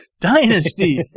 Dynasty